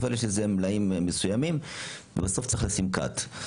אבל יש לזה מלאים מסוימים ובסוף צריך לשים cut.